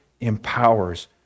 empowers